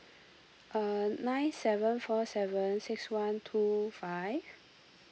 uh nine seven four seven six one two five